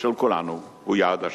של כולנו הוא יעד השלום.